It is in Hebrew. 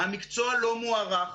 המקצוע לא מוערך,